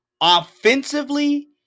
Offensively